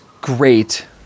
great